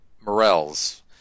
morels